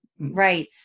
Right